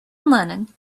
lennon